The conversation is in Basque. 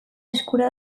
eskura